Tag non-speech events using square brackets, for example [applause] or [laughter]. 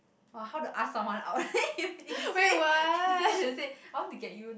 !wah! how to ask someone out [laughs] you say you say you say I want to get you